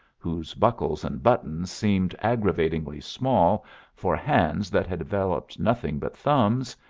whose buckles and buttons seemed aggravatingly small for hands that had developed nothing but thumbs,